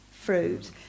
fruit